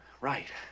Right